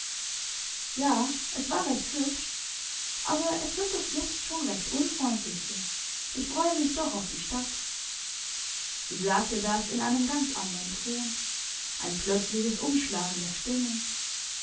ja es war recht hübsch aber es wird doch jetzt schon recht unfreundlich hier ich freue mich doch auf die stadt sie sagte das in einem ganz andern ton ein plötzliches umschlagen der stimmung